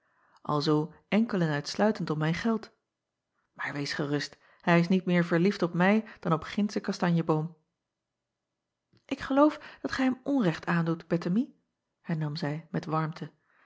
alzoo enkel en uitsluitend om mijn geld maar wees gerust hij is niet meer verliefd op mij dan op gindschen kastanjeboom k geloof dat gij hem onrecht aandoet ettemie hernam zij met warmte